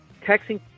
texting